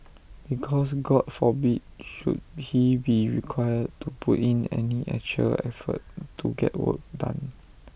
because God forbid should he be required to put in any actual effort to get work done